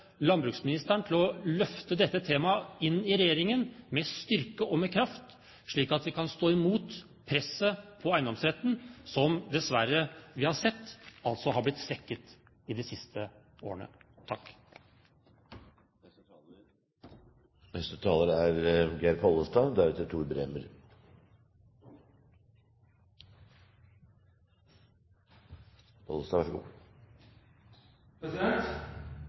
landbruksministeren til å løfte dette temaet inn i regjeringen med styrke og kraft, slik at vi kan stå imot presset på eiendomsretten, som vi dessverre har sett har blitt svekket i de siste årene.